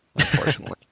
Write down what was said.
Unfortunately